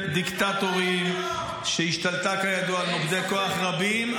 דיקטטורים ------- שהשתלטה כידוע על מוקדי כוח רבים,